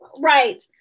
Right